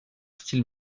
style